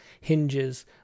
hinges